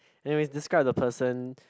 anyway describe the person